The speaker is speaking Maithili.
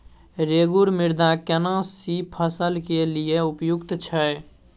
रेगुर मृदा केना सी फसल के लिये उपयुक्त छै?